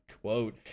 Quote